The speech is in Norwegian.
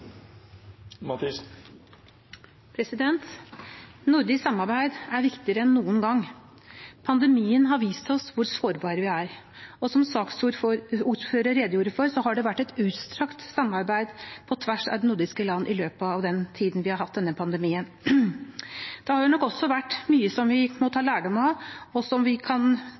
Nordisk samarbeid er viktigere enn noen gang. Pandemien har vist oss hvor sårbare vi er, og som saksordføreren redegjorde for, har det vært et utstrakt samarbeid på tvers av de nordiske land i løpet av den tiden vi har hatt denne pandemien. Det har nok også vært mye som vi må ta lærdom av, og som vi kan